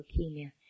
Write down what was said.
leukemia